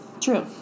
True